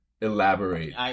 elaborate